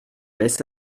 laisse